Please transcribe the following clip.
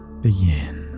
begin